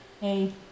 Hey